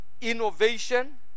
innovation